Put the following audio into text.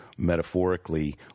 metaphorically